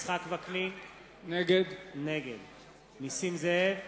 יצחק וקנין, נגד נסים זאב,